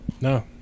No